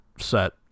set